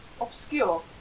obscure